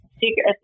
secret